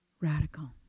radical